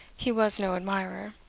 he, was no admirer.